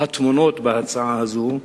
הטמונות בהצעה זו,